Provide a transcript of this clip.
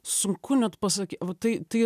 sunku net pasaky va tai tai